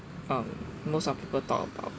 um most of people talk about